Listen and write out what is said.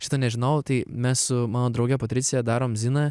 šito nežinojau tai mes su mano drauge patricija darom ziną